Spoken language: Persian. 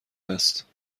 است